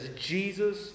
Jesus